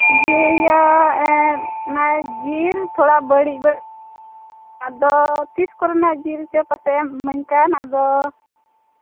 ᱡᱤᱞ ᱚᱱᱟ ᱡᱤᱞ ᱛᱷᱚᱲᱟ ᱵᱟᱹᱲᱤᱡ ᱵᱟᱹᱲᱤᱡ ᱟᱫᱚ ᱛᱤᱥ ᱠᱚᱨᱮᱱᱟᱜ ᱡᱤᱞ ᱪᱚ ᱯᱟᱥᱮᱡᱼᱮᱢ ᱤᱢᱟᱹᱧ ᱠᱟᱱ ᱟᱫᱚ